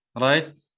Right